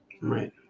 right